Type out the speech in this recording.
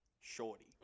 shorty